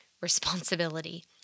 responsibility